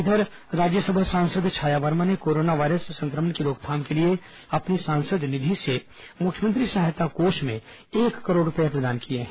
इधर राज्यसभा सांसद छाया वर्मा ने कोरोना वायरस संक्र म ण की रोकथाम के लिए अपनी सांसद निधि से मुख्यमंत्री सहायता कोष में एक करोड़ रूपए प्रदान किए हैं